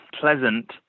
pleasant